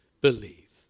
believe